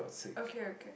okay okay